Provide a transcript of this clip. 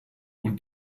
und